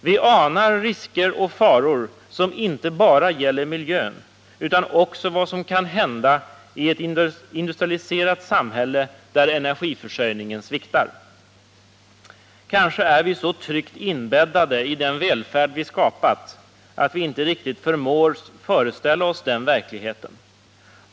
Vi anar risker och faror som inte bara gäller miljön utan också vad som kan hända i ett industrialiserat samhälle där energiförsörjningen sviktar. Kanske är vi så tryggt inbäddade i den välfärd vi skapat att vi inte riktigt förmår föreställa oss den verkligheten.